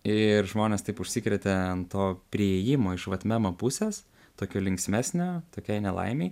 ir žmonės taip užsikrėtė ant to priėjimo iš vat memo pusės tokiu linksmesne tokiai nelaimei